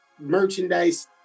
merchandise